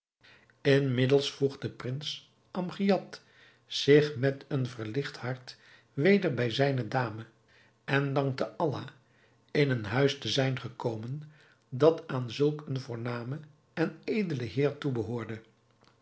inmiddels voegde prins amgiad zich met een verligt hart weder bij zijne dame en dankte allah in een huis te zijn gekomen dat aan zulk een voornamen en edelen heer toebehoorde